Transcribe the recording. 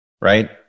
right